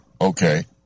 okay